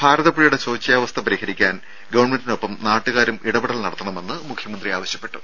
ഭാരതപ്പുഴയുടെ ശോച്യാവസ്ഥ പരിഹരിക്കാൻ ഗവൺമെന്റിനൊപ്പം നാട്ടുകാരും ഇടപെടൽ നടത്തണമെന്ന് മുഖ്യമന്ത്രി ആവശ്യപ്പെട്ടു